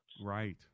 Right